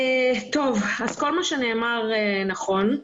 אז כל מה שנאמר נכון,